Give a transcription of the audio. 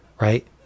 right